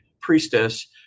priestess